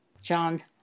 John